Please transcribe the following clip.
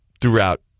throughout